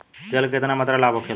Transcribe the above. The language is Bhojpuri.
तेल के केतना मात्रा लाभ होखेला?